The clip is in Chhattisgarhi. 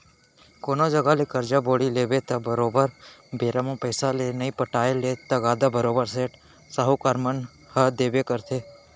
कोनो जघा ले करजा बोड़ी लेबे त बरोबर बेरा म पइसा के नइ पटाय ले तगादा बरोबर सेठ, साहूकार मन ह देबे करथे